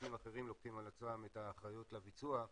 וגופים אחרים לוקחים על עצמם את האחריות לביצוע.